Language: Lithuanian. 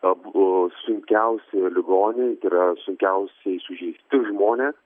abu sunkiausi ligoniai tai yra sunkiausiai sužeisti žmonės